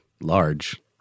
large